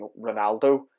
Ronaldo